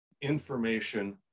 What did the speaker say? information